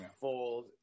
fold